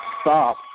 stop